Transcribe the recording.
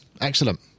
Excellent